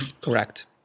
Correct